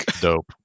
Dope